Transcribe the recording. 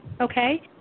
okay